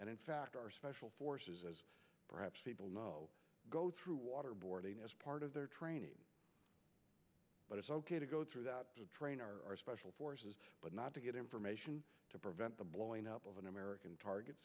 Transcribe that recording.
and in fact our special forces perhaps people know go through waterboarding as part of their training but it's ok to go through that to train our special forces but not to get information to prevent the blowing up of an american target